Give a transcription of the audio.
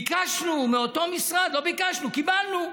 ביקשנו מאותו משרד, לא ביקשנו, קיבלנו,